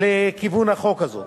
לכיוון הצעת החוק הזאת.